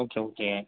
okay okay